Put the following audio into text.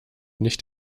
nicht